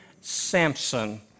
Samson